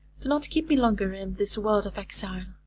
do not keep me longer in this world of exile.